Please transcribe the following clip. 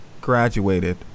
graduated